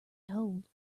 told